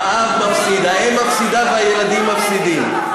האב מפסיד, האם מפסידה והילדים מפסידים.